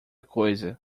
coisa